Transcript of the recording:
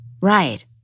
Right